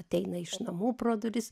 ateina iš namų pro duris